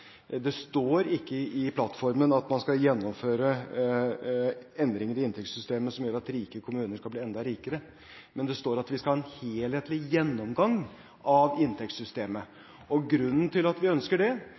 Det står ikke i plattformen at man skal gjennomføre endringer i inntektssystemet som gjør at rike kommuner skal bli enda rikere, men det står at vi skal ha en helhetlig gjennomgang av inntektssystemet. Grunnen til at vi ønsker det,